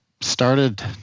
started